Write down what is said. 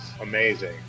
amazing